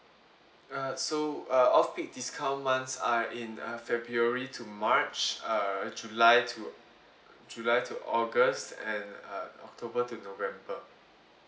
uh so uh off peak discount months are in uh february to march err july to july to august and uh october to november